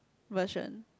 version